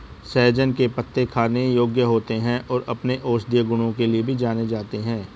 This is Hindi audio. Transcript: सहजन के पत्ते खाने योग्य होते हैं और अपने औषधीय गुणों के लिए जाने जाते हैं